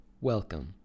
Welcome